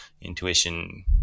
intuition